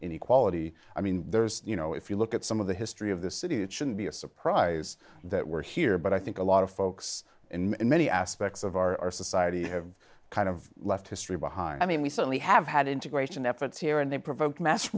inequality i mean there's you know if you look at some of the history of the city it shouldn't be a surprise that we're here but i think a lot of folks in many aspects of our society have kind of left history behind i mean we certainly have had integration efforts here and they provoked mass